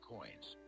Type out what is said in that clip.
Coins